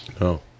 No